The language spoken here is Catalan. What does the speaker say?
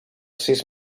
sis